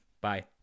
bye